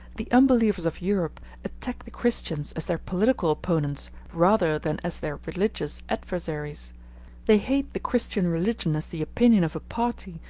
the unbelievers of europe attack the christians as their political opponents, rather than as their religious adversaries they hate the christian religion as the opinion of a party,